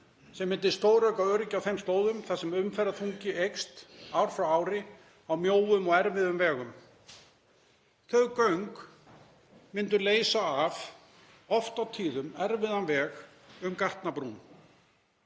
sem myndu stórauka öryggi á þeim slóðum þar sem umferðarþungi eykst ár frá ári á mjóum og erfiðum vegum. Þau göng myndu leysa af oft og tíðum erfiðan veg um Gatnabrún.